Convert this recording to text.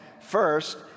First